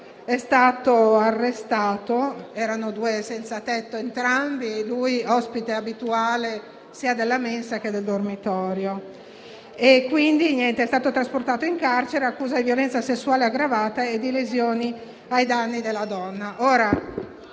è stato arrestato - entrambi erano due senzatetto, lui ospite abituale sia della mensa che del dormitorio - ed è stato trasportato in carcere con l'accusa di violenza sessuale aggravata e di lesioni ai danni della donna.